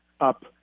up